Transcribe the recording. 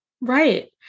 Right